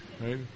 right